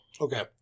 Okay